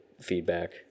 feedback